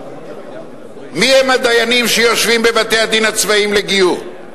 מיהם הדיינים שיושבים בבתי-הדין הצבאיים לגיור?